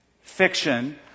fiction